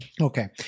Okay